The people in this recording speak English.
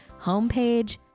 Homepage